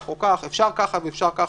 אפשר ככה ואפשר ככה,